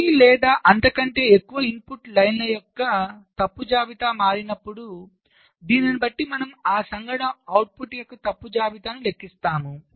ఒకటి లేదా అంతకంటే ఎక్కువ ఇన్పుట్ లైన్ల యొక్క తప్పు జాబితా మారినప్పుడు దీన్ని బట్టి మనం ఆ సంఘటన అవుట్పుట్ యొక్క తప్పు జాబితాను లెక్కిస్తాము